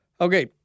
Okay